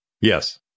Yes